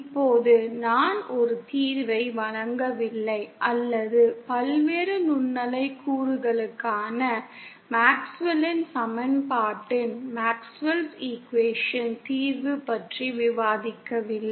இப்போது நான் ஒரு தீர்வை வழங்கவில்லை அல்லது பல்வேறு நுண்ணலை கூறுகளுக்கான மேக்ஸ்வெல்லின் சமன்பாட்டின்Maxwell's equation தீர்வு பற்றி விவாதிக்கவில்லை